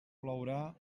plourà